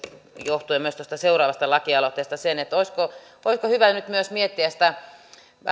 johtuen myös tuosta seuraavasta lakialoitteesta että olisiko hyvä nyt myös miettiä sitä